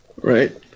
Right